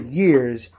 years